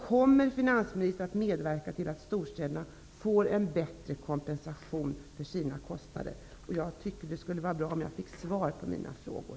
Kommer finansministern att medverka till att storstäderna får en bättre kompensation för sina kostnader? Det skulle vara bra om jag fick svar på mina frågor.